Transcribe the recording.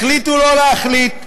החליטו שלא להחליט.